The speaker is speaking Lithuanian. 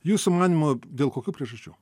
jūsų manymu dėl kokių priežasčių